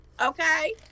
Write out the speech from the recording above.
okay